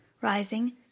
rising